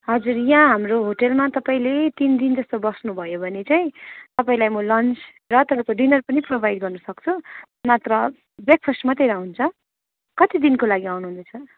हजुर यहाँ हाम्रो होटेलमा तपाईँले तिन दिन जस्तो बस्नु भयो भने चाहिँ तपाईँलाई म लन्च र तपाईँको डिनर पनि प्रोभाइट गर्नुसक्छु नत्र ब्रेक्फास्ट मात्रै हुन्छ कति दिनको लागि आउनु हुँदैछ